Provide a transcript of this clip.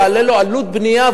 יעלה לו עלות בנייה,